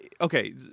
Okay